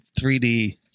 3D